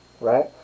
right